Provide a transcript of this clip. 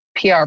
PR